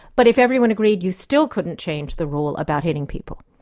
but if everyone agreed you still couldn't change the rule about hitting people.